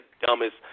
dumbest